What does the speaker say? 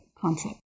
concept